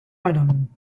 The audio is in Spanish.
varón